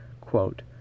quote